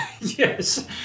Yes